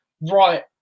right